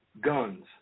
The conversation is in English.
guns